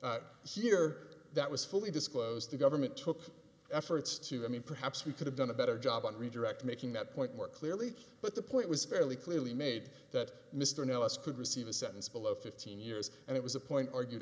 disclosed here that was fully disclosed the government took efforts to i mean perhaps we could have done a better job on redirect making that point more clearly but the point was fairly clearly made that mr no us could receive a sentence below fifteen years and it was a point argued